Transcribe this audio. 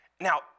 Now